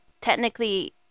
technically